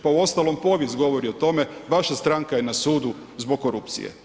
Pa uostalom povijest govori o tome, vaša stranka je na sudu zbog korupcije.